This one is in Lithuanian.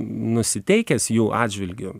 nusiteikęs jų atžvilgiu